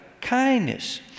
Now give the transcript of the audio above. kindness